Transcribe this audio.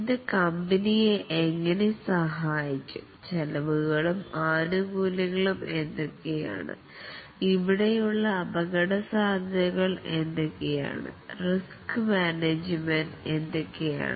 ഇത് കമ്പനിയെ എങ്ങനെ സഹായിക്കും ചെലവുകളും ആനുകൂല്യങ്ങളും എന്തൊക്കെയാണ് ഇവിടെയുള്ള അപകടസാധ്യതകൾ എന്തൊക്കെയാണ് റിസ്ക് മാനേജ്മെൻറ് പദ്ധതികൾ എന്തൊക്കെയാണ്